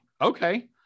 okay